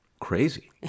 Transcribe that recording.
crazy